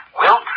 Wilt